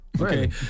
Okay